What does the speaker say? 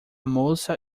moça